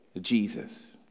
Jesus